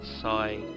sigh